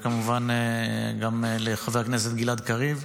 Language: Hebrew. כמובן גם לחבר כנסת גלעד קריב.